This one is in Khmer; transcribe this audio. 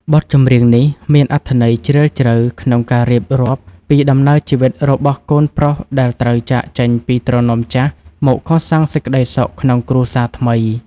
បទចម្រៀងនេះមានអត្ថន័យជ្រាលជ្រៅក្នុងការរៀបរាប់ពីដំណើរជីវិតរបស់កូនប្រុសដែលត្រូវចាកចេញពីទ្រនំចាស់មកកសាងសេចក្តីសុខក្នុងគ្រួសារថ្មី។